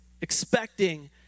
expecting